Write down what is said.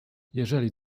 jeżeli